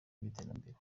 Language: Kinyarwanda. by’iterambere